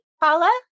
Paula